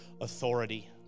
authority